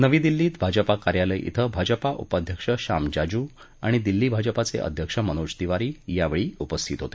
नवी दिल्लीत भाजपा कार्यालय क्वे भाजपा उपाध्यक्ष शाम जाजू आणि दिल्ली भाजपाचे अध्यक्ष मनोज तिवारी यावेळी उपस्थित होते